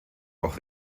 auch